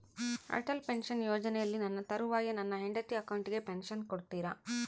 Atal pension ಯೋಜನೆಯಲ್ಲಿ ನನ್ನ ತರುವಾಯ ನನ್ನ ಹೆಂಡತಿ ಅಕೌಂಟಿಗೆ ಪೆನ್ಶನ್ ಕೊಡ್ತೇರಾ?